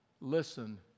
listen